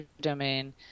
domain